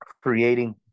creating